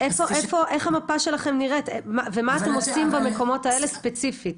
איך המפה שלכם נראית ומה אתם עושים מקומות האלה ספציפית.